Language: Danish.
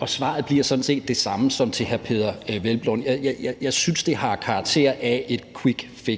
Og svaret bliver sådan set det samme som til hr. Peder Hvelplund. Jeg synes, at det, som